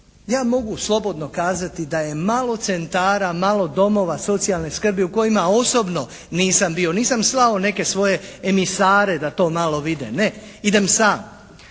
Ja mogu slobodno kazati da je malo centara, malo domova socijalne skrbi u kojima osobno nisam bio. Nisam slao neke svoje emisare da to malo vide. Ne, idem sam.